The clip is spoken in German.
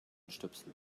stöpsel